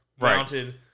mounted